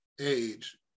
age